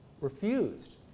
refused